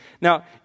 Now